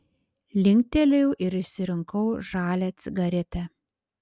linktelėjau ir išsirinkau žalią cigaretę